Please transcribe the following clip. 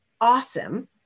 awesome